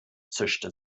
zischte